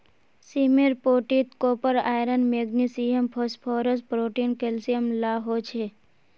सीमेर पोटीत copper, iron, magnesium, phosphorus, protein, calcium ला हो छे